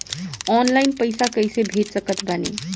Online पैसा कैसे भेज सकत बानी?